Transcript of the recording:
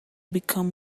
become